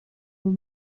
were